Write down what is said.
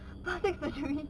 plastic surgery